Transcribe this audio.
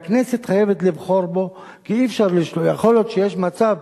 והכנסת חייבת לבחור בו כי יכול להיות שיש מצב